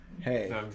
Hey